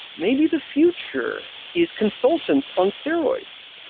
maybe the future is consultants on steroids,